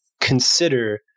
consider